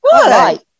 Good